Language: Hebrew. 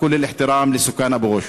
(אומר בערבית: כל הכבוד לתושבי אבו-גוש.)